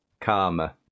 karma